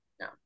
No